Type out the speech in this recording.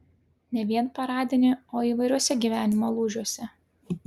ne vien paradinį o įvairiuose gyvenimo lūžiuose